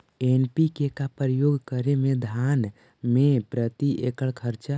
NPK का प्रयोग करे मे धान मे प्रती एकड़ खर्चा?